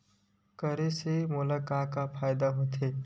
करे से मोला का का फ़ायदा हवय?